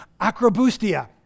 Acrobustia